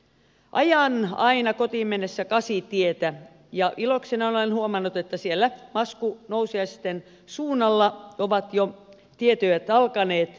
ajan aina kotiin mennessä kasitietä ja ilokseni olen huomannut että siellä maskunnousiaisten suunnalla ovat jo tietyöt alkaneet